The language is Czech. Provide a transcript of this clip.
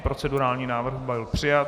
Procedurální návrh byl přijat.